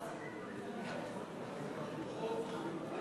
תודה לך.